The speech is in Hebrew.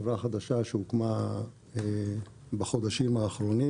חברה חדשה שהוקמה בחודשים האחרונים